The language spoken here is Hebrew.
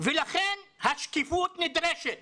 לכן השקיפות נדרשת